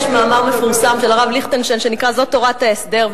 יש מאמר מפורסם של הרב ליכטנשטיין שנקרא "זאת תורת ההסדר".